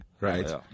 Right